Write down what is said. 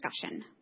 discussion